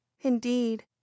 indeed